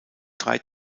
drei